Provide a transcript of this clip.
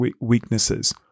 weaknesses